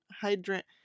hydrant